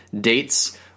dates